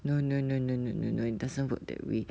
no no no no no no no it doesn't work that way